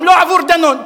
גם לא עבור דנון.